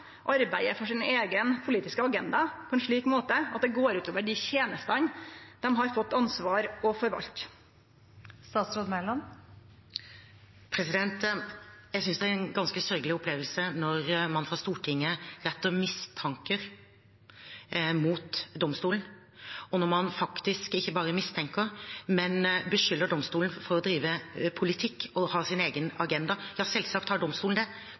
for sin eigen politiske agenda på ein slik måte at det går ut over dei tenestene dei har fått ansvar for å forvalte? Jeg synes det er en ganske sørgelig opplevelse når man fra Stortinget retter mistanker mot domstolen, og når man faktisk ikke bare mistenker, men beskylder domstolen for å drive politikk og å ha sin egen agenda. Ja, selvsagt har domstolen det.